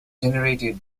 generated